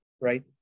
Right